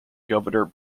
governor